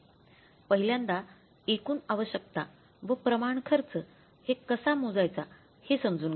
पहिल्यांदा एकूण आवश्यकता व प्रमाण खर्च हे कसा मोजायचा हे समजून घ्या